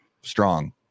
strong